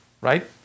right